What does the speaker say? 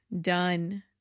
done